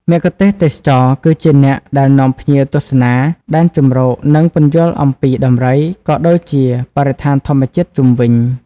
មគ្គុទ្ទេសក៍ទេសចរ គឺជាអ្នកដែល នាំភ្ញៀវទស្សនា ដែនជម្រក និង ពន្យល់អំពីដំរី ក៏ដូចជា បរិស្ថានធម្មជាតិ ជុំវិញ។